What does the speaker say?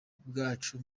bwacu